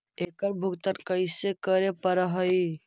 एकड़ भुगतान कैसे करे पड़हई?